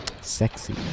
sexy